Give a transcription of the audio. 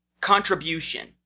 contribution